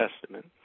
Testament